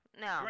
No